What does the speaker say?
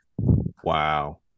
Wow